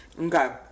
okay